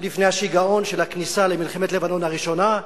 לפני השיגעון של הכניסה למלחמת לבנון הראשונה,